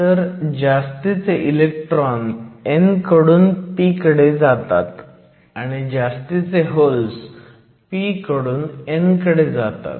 तर जास्तीचे electron n कडून p कडे जातात आणि जास्तीचे होल्स p कडून n कडे जातात